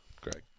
Greg